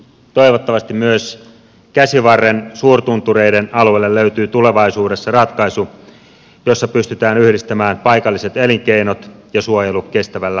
toivottavasti myös käsivarren suurtuntureiden alueelle löytyy tulevaisuudessa ratkaisu jossa pystytään yhdistämään paikalliset elinkeinot ja suojelu kestävällä tavalla